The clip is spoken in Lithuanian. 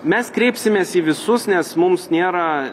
mes kreipsimės į visus nes mums nėra